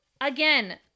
again